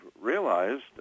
realized